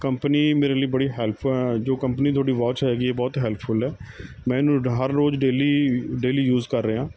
company ਮੇਰੇ ਲਈ ਬੜੀ ਹੈਲਪ ਜੋ ਕੰਪਨੀ ਤੁਹਾਡੀ ਵਾਚ ਹੈਗੀ ਹੈ ਬਹੁਤ ਹੈਲਪਫੁੱਲ ਹੈ ਮੈਂ ਇਹਨੂੰ ਹਰ ਰੋਜ਼ ਡੇਲੀ ਡੇਲੀ ਯੂਜ਼ ਕਰ ਰਿਹਾ